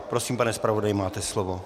Prosím, pane zpravodaji, máte slovo.